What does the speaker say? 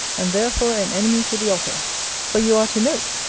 and therefore an enemy to the otter for you are to note,